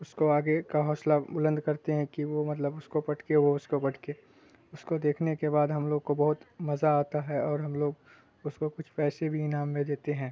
اس کو آگے کا حوصلہ بلند کرتے ہیں کہ وہ مطلب اس کو پٹکے وہ اس کو پٹکے اس کو دیکھنے کے بعد ہم لوگ کو بہت مزہ آتا ہے اور ہم لوگ اس کو کچھ پیسے بھی انعام میں دیتے ہیں